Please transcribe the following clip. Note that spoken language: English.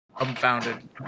unfounded